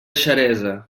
xeresa